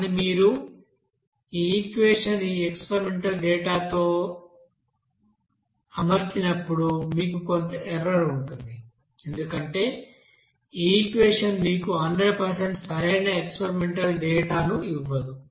కానీ మీరు ఈ ఈక్వెషన్ ఈ ఎక్స్పెరిమెంటల్ డేటా ను అమర్చినప్పుడు మీకు కొంత ఎర్రర్ ఉంటుంది ఎందుకంటే ఈ ఈక్వెషన్ మీకు 100 సరైన ఎక్స్పెరిమెంటల్ డేటా డేటాను ఇవ్వదు